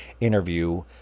interview